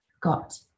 got